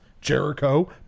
Jericho